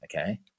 okay